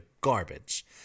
garbage